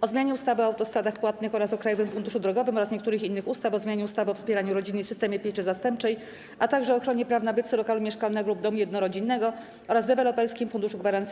o zmianie ustawy o autostradach płatnych oraz o Krajowym Funduszu Drogowym oraz niektórych innych ustaw, - o zmianie ustawy o wspieraniu rodziny i systemie pieczy zastępczej, - o ochronie praw nabywcy lokalu mieszkalnego lub domu jednorodzinnego oraz Deweloperskim Funduszu Gwarancyjnym.